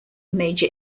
major